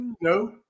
No